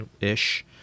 ish